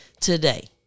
today